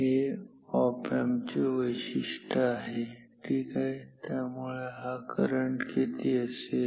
हे op amp चे वैशिष्ट्य आहे ठीक आहे त्यामुळे हा करंट किती असेल